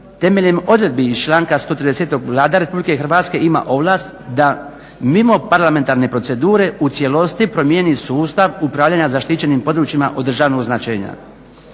temeljem odredbi iz članka 130. Vlada Republike Hrvatske ima ovlast da mimo parlamentarne procedure u cijelosti promijeni sustav upravljanja zaštićenim područjima od državnog značenja.